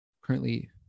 currently